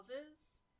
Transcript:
others